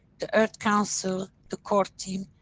the earth council, the core team,